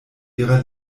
ihrer